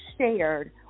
shared